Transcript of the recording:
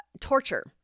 torture